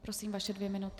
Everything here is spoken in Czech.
Prosím, vaše dvě minuty.